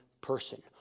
person